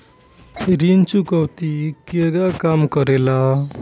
ऋण चुकौती केगा काम करेले?